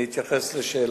אני אתייחס לשאלתה.